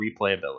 replayability